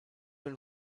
been